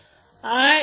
तर हे Zy Ia Ib आहे